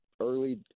early